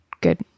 good